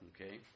Okay